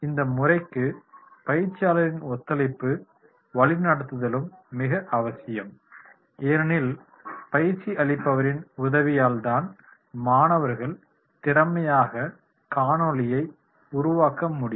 இந்த முறைக்கு பயிற்சியாளரின் ஒத்துழைப்பு வழி நடத்துதலும் மிகவும் அவசியம் ஏனெனில் பயிற்சி அளிப்பவரின் உதவியால் தான் மாணவர்கள் திறமையாக காணொளியை உருவாக்க முடியும்